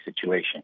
situation